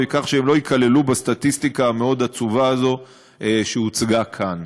כך שהם לא ייכללו בסטטיסטיקה המאוד-עצובה הזאת שהוצגה כאן.